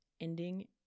ending